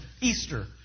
Easter